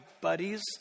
buddies